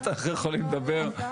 אני מניח שהקשבת לדיון.